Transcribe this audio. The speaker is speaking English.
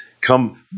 come